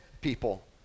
people